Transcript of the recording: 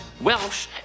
Welsh